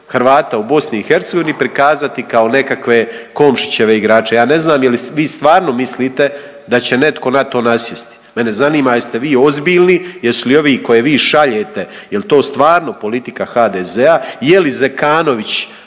Hrvata u BiH prikazati kao nekakve Komšićeve igrače. Ja ne znam je li vi stvarno mislite da će netko na to nasjesti? Mene zanima jeste vi ozbiljni jesu li ovi koje vi šaljete jel to stvarno politika HDZ-a, je li Zekanović